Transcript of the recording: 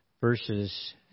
verses